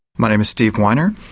my name is stephen weiner.